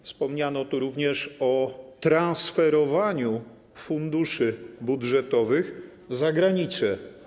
Wspomniano tu również o transferowaniu funduszy budżetowych za granicę.